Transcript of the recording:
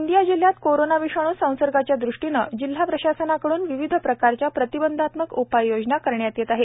गोंदिया जिल्ह्यात कोरोना विषाणू संसर्गाच्या दृष्टीने जिल्हा प्रशासनाकडून विविध प्रकारच्या प्रतिबंधात्मक उपाययोजना करण्यात येत आहे